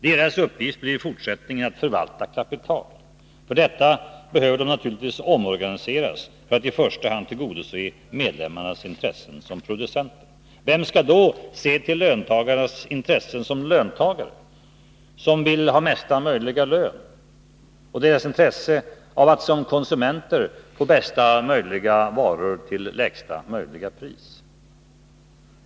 Deras uppgift blir i fortsättningen att förvalta kapital. För detta behöver de naturligtvis omorganiseras för att i första hand tillgodose medlemmarnas intressen som producenter. Vem skall då se till löntagarnas intressen som löntagare, som vill ha mesta möjliga lön, och deras intresse av att som konsumenter få bästa möjliga varor till lägsta möjliga pris?